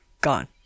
gone